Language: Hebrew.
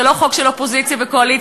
זה לא חוק של אופוזיציה וקואליציה,